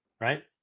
right